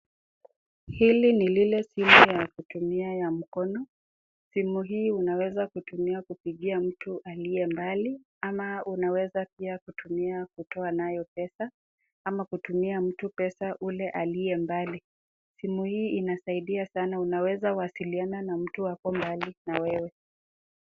Hili ni lile simu ya kutumia ya mkono. Simu hii unaweza kutumia kupigia mtu aliye mbali, ama unaweza pia kutumia kutoa nayo pesa ama kutumia mtu pesa ule aliye mbali. Simu hii inasaidia sana, unaweza kuwasiliana na mtu akiwa ako mbali na wewe.